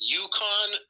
uconn